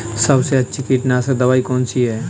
सबसे अच्छी कीटनाशक दवाई कौन सी है?